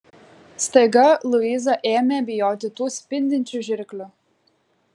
staiga luiza ėmė bijoti tų spindinčių žirklių